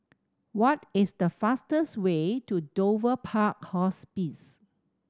what is the fastest way to Dover Park Hospice